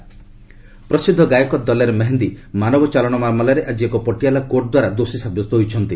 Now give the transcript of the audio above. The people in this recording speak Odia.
ଦଲେର ମେହେନ୍ଦୀ କନ୍ଭିକ୍ ପ୍ରସିଦ୍ଧ ଗାୟକ ଦଲେର ମେହେନ୍ଦୀ ମାନବ ଚାଲାଣ ମାମଲାରେ ଆଜି ଏକ ପଟିଆଲା କୋର୍ଟଦ୍ୱାରା ଦୋଷୀ ସାବ୍ୟସ୍ତ ହୋଇଛନ୍ତି